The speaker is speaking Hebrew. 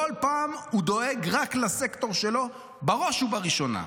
כל פעם הוא דואג רק לסקטור שלו בראש ובראשונה.